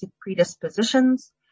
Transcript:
predispositions